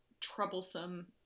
troublesome